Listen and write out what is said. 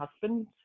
husband